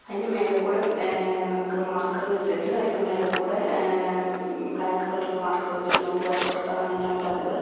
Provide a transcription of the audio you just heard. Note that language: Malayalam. അതിന്റെ മേലെക്കൂടെ നമുക്ക് മാർക്കർ വെച്ചിട്ട് അതിന്റെ മേലെക്കൂടെ ബ്ലാക്ക് കളർ മാർക്കർ വെച്ചിട്ട് നമുക്ക് വരച്ചുകൊടുക്കാറാണ് ഞാൻ പതിവ്